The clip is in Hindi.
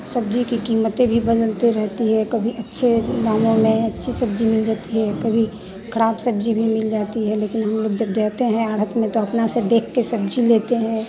सब्जी की कीमतें भी बदलते रहती हैं कभी अच्छे दामों में अच्छी सब्जी मिल जाती है कभी खराब सब्जी मिल जाती है लेकिन हम लोग जब जाते हैं आढ़त में तो अपना सब देख कर सब्जी लेते हैं